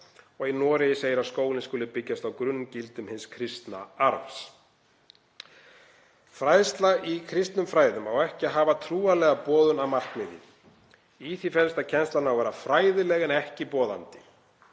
Í Noregi segir að skólinn skuli byggjast á grunngildum hins kristna arfs. Fræðsla í kristnum fræðum á ekki að hafa trúarlega boðun að markmiði. Í því felst að kennslan á að vera fræðileg en ekki boðandi.